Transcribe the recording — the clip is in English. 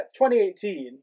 2018